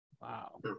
Wow